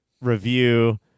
review